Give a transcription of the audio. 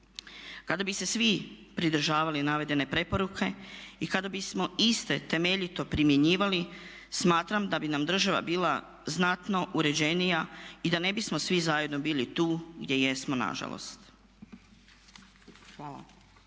kada bi se svi pridržavali navedene preporuke i kada bismo iste temeljito primjenjivali smatram da bi nam država bila znatno uređenija i da ne bismo svi zajedno bili tu gdje jesmo nažalost. Hvala.